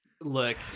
look